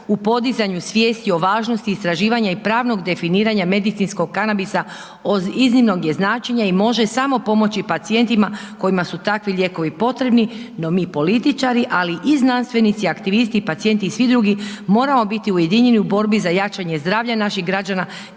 u podizanju svijesti o važnosti istraživanja i pravnog definiranja medicinskog kanabisa od iznimnog je značenja i može samo pomoći pacijentima kojima su takvi lijekovi potrebni, no mi političari ali i znanstvenici, aktivisti i pacijenti i svi drugi moramo biti ujedinjeni u borbi za jačanje zdravlja naših građana,